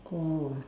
oh